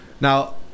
now